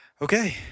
Okay